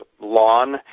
Lawn